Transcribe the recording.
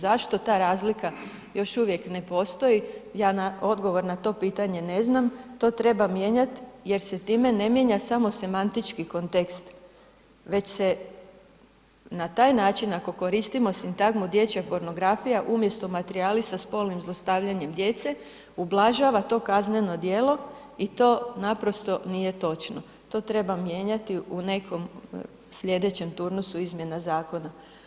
Zašto ta razlika još uvijek ne postoji, ja odgovor na to pitanje ne znam, to treba mijenjat jer se time ne mijenja samo semantički kontekst već se na taj način ako koristimo sintagmu dječja pornografija umjesto materijali sa spolnim zlostavljanjem djece, ublažava to kazneno djelo i naprosto nije točno, to treba mijenjati u nekom slijedećem turnusu izmjena zakona.